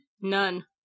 None